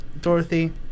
Dorothy